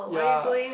ya